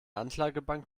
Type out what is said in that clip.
anklagebank